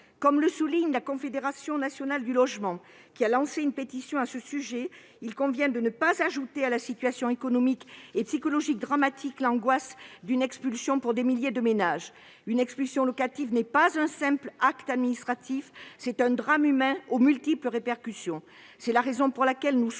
Comme le souligne la Confédération nationale du logement, qui a lancé une pétition à ce sujet, il convient de ne pas ajouter à la situation économique et psychologique dramatique l'angoisse d'une expulsion pour des milliers de ménages. Une expulsion locative n'est pas un simple acte administratif ; c'est un drame humain aux multiples répercussions. C'est la raison pour laquelle nous soutenons